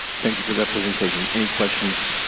thank you for that presentation. any questions?